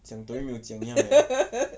讲都没有讲你要 like